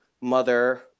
mother